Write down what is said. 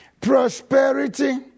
prosperity